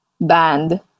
band